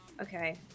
Okay